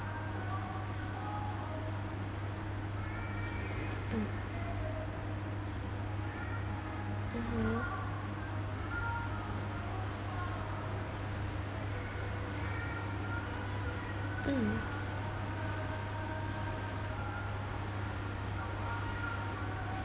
mm mmhmm mm